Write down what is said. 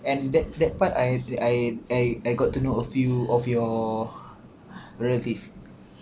and that that part I I I got to know a few of your relative